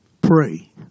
pray